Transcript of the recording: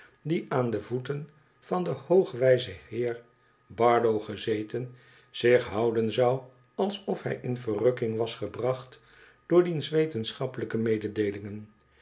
die aan de voeten van den hoogwijzon heer barlow gezeten zich houden zou alsof hij in verrukking was gebracht door diens wetenschappelijke mededeelingen